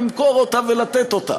למכור אותה ולתת אותה.